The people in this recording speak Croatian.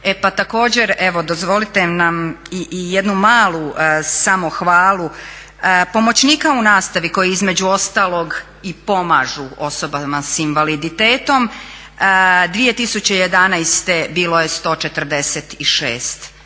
E pa također evo dozvolite nam i jednu malu samohvalu, pomoćnika u nastavi koji između ostalog i pomažu osobama s invaliditetom 2011.bilo je 146,